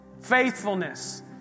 faithfulness